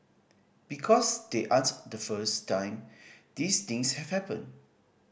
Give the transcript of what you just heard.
because they aren't the first time these things have happened